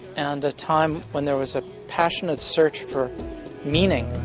and a time when there was a passionate search for meaning.